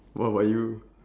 what about you